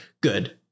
good